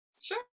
Sure